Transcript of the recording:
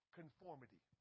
conformity